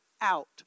out